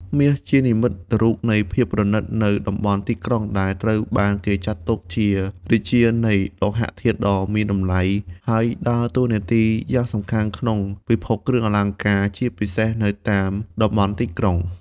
មាសជានិមិត្តរូបនៃភាពប្រណិតនៅតំបន់ទីក្រុង ដែល ត្រូវបានគេចាត់ទុកជារាជានៃលោហៈធាតុដ៏មានតម្លៃ ហើយដើរតួនាទីយ៉ាងសំខាន់ក្នុងពិភពគ្រឿងអលង្ការ ជាពិសេសនៅតាមតំបន់ទីក្រុង។